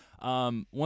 One